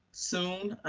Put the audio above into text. soon,